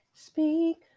Speak